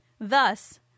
Thus